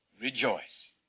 rejoice